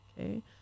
okay